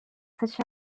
such